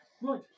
Right